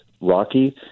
Rocky